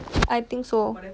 I think so